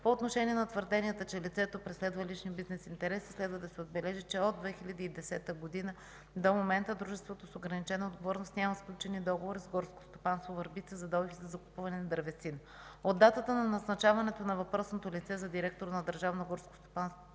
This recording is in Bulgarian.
По отношение на твърденията, че лицето преследва личните си интереси, следва да се отбележи, че от 2010 г. до момента дружеството с ограничена отговорност няма сключени договори с Горско стопанство – Върбица за добив и закупуване на дървесина. От датата на назначаването на въпросното лице за директор на Държавно горско стопанство